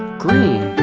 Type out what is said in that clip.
green